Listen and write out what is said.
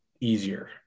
easier